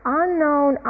unknown